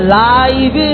life